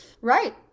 Right